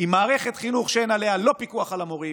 עם מערכת חינוך שאין עליה לא פיקוח על המורים,